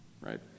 right